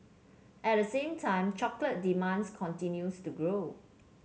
at the same time chocolate demands continues to grow